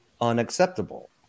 unacceptable